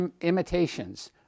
imitations